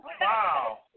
Wow